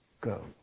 go